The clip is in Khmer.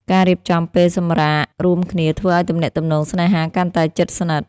ការរៀបចំពេលសម្រាករួមគ្នាធ្វើឱ្យទំនាក់ទំនងស្នេហាកាន់តែជិតស្និទ្ធ។